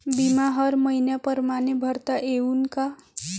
बिमा हर मइन्या परमाने भरता येऊन का?